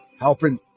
helping